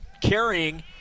carrying